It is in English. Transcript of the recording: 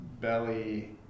belly